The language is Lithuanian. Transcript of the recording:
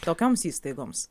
tokioms įstaigoms